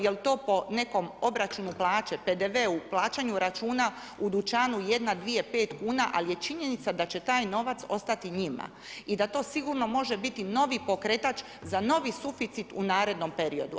Jel to po nekom obračunu plaće, PDV-u, plaćanju računa u dućanu, jedna, dvije, pet kuna, ali je činjenica da će taj novac ostati njima i da to sigurno može biti novi pokretač za novi suficit u narednom periodu.